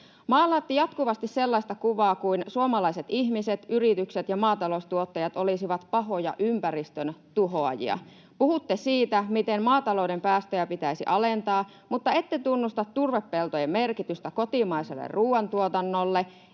Maalaatte jatkuvasti sellaista kuvaa kuin suomalaiset ihmiset, yritykset ja maataloustuottajat olisivat pahoja ympäristön tuhoajia. Puhutte siitä, miten maatalouden päästöjä pitäisi alentaa, mutta ette tunnusta turvepeltojen merkitystä kotimaiselle ruuantuotannolle